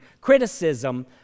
criticism